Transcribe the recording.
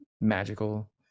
magical